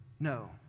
No